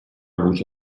luce